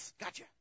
gotcha